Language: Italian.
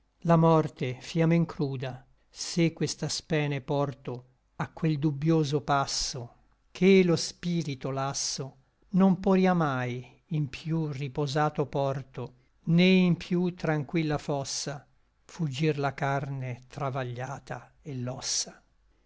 la morte fia men cruda se questa spene porto a quel dubbioso passo ché lo spirito lasso non poria mai in piú riposato porto né in piú tranquilla fossa fuggir la carne travagliata et